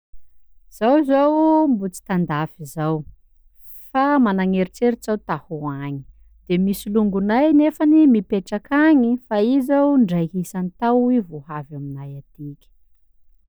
Zaho zao mbô tsy tan-dafy zao, fa managn'eritseritsy aho ta hoagny, de misy longonay nefany mipetraka agny, fa ihe zao in-draiky isan-tao vao havy aminay atiky.